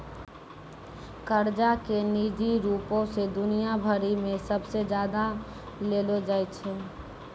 कर्जा के निजी रूपो से दुनिया भरि मे सबसे ज्यादा लेलो जाय छै